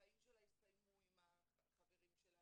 החיים שלה הסתיימו עם החברים שלה,